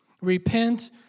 Repent